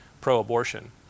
pro-abortion